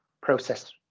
process